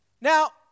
Now